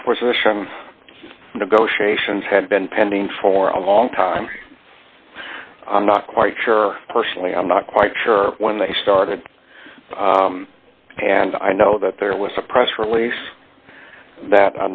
negotiations had been pending for a long time i'm not quite sure personally i'm not quite sure when they started and i know that there was a press release that